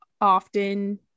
often